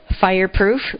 Fireproof